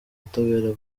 butabera